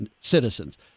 citizens